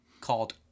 called